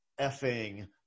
effing